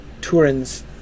Turin's